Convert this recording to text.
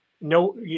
no